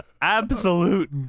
absolute